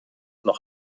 noch